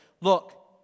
Look